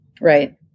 Right